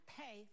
pay